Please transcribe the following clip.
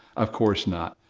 of course not.